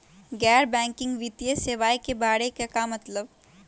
गैर बैंकिंग वित्तीय सेवाए के बारे का मतलब?